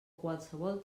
qualsevol